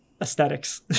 aesthetics